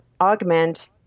augment